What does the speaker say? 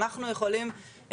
אנחנו יכולים,